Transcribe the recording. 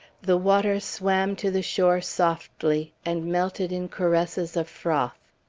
the water swang to the shore softly, and melted in caresses of froth.